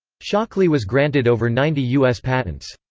shockley was granted over ninety us patents.